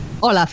Hola